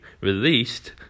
released